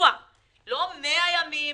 לא 100 ימים.